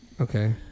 Okay